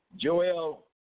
Joel